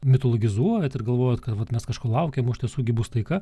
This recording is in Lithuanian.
mitologizuojat ir galvojat kad vat mes kažko laukiam o iš tiesų gi bus taika